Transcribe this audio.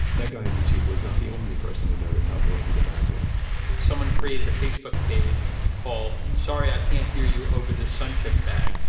that guy on youtube was not the only person to notice how noisy the bag was someone created a facebook page called sorry, i can't hear you over this sunchips bag.